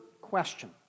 question